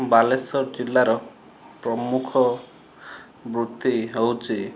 ବାଲେଶ୍ୱର ଜିଲ୍ଲାର ପ୍ରମୁଖ ବୃତ୍ତି ହଉଛି